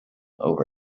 over